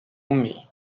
أمي